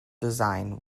design